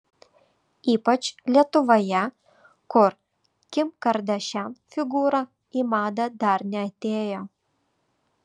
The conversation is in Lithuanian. ypač lietuvoje kur kim kardashian figūra į madą dar neatėjo